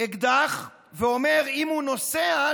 אקדח ואומר: אם הוא נוסע,